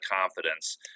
confidence